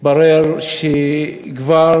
התברר שכבר